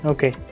Okay